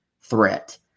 threat